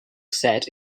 set